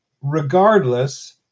Regardless